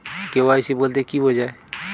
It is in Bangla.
কে.ওয়াই.সি বলতে কি বোঝায়?